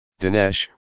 Dinesh